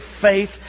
faith